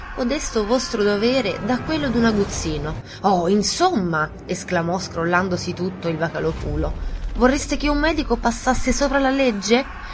codesto vostro dovere da quello d'un aguzzino oh insomma esclamò scrollandosi tutto il vocalòpulo vorreste che un medico passasse sopra la legge